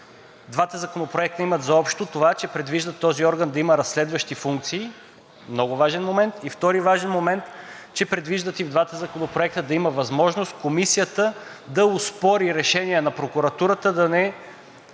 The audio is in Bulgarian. Двата законопроекта имат за общо това, че предвиждат този орган да има разследващи функции – много важен момент, и втори важен момент, че предвиждат и двата законопроекта да има възможност Комисията да оспори решения на прокуратурата да не